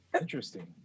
Interesting